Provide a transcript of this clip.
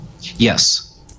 Yes